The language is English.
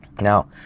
Now